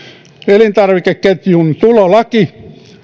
elintarvikeketjun tulolaki